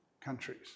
countries